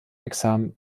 examen